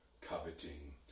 coveting